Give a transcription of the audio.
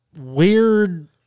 weird